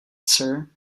sir